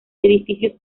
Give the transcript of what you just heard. edificios